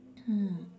mm